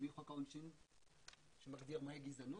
מחוק העונשין שמגדיר מהי גזענות,